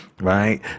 right